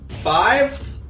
Five